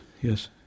yes